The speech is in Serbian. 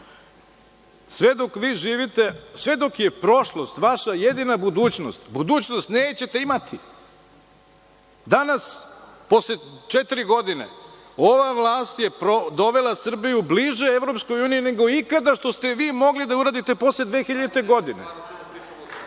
dok vi živite, sve dok je prošlost vaša jedina budućnost, budućnost nećete imati. Danas posle četiri godine, ova vlast je dovela Srbiju bliže EU nego ikada što ste vi mogli da uradite posle 2000.